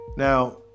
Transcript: Now